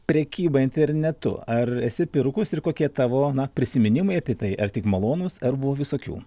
prekyba internetu ar esi pirkus ir kokie tavo na prisiminimai apie tai ar tik malonūs ar buvo visokių